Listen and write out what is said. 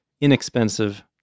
inexpensive